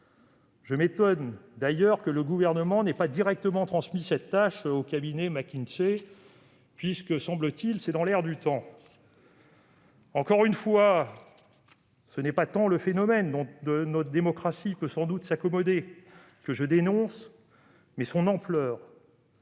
Je m'étonne d'ailleurs que le Gouvernement n'ait pas directement transmis cette tâche au cabinet McKinsey, puisqu'il semble que ce soit dans l'air du temps ... Encore une fois, c'est non pas tant le phénomène que je dénonce- notre démocratie peut sans doute s'en accommoder -que son ampleur,